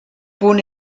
punt